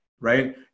right